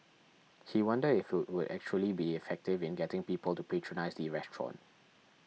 he wondered if it would actually be effective in getting people to patronise the restaurant